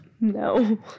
No